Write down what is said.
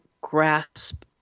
grasp